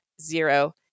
zero